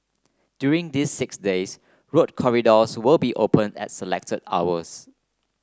during these six days road corridors will be open at selected hours